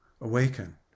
awaken